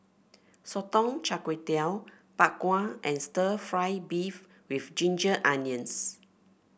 Sotong Char Kway Bak Kwa and stir fry beef with Ginger Onions